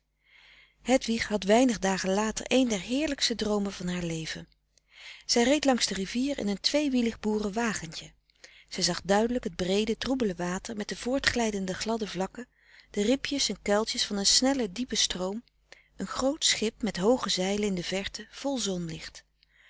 hedwig had weinig dagen later een der heerlijkste droomen van haar leven zij reed langs de rivier in een twee wielig boerenwagentje zij zag duidelijk het breede troebele water met de voortglijdende gladde vlakken de ribjes en kuiltjes van een snellen diepen stroom een groot schip met hooge zeilen in de verte vol zonlicht